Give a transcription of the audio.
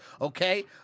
okay